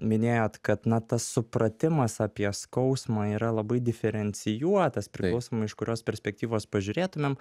minėjot kad na tas supratimas apie skausmą yra labai diferencijuotas priklausomai iš kurios perspektyvos pažiūrėtumėm